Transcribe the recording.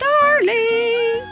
Darling